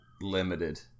limited